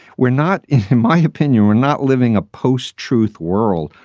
we're not. in my opinion, we're not living a post truth world.